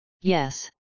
yes